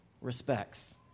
respects